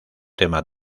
tema